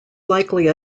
likely